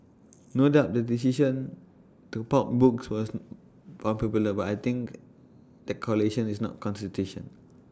no doubt their decision to pulp books was popular but I think the correlation is not